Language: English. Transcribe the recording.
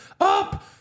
up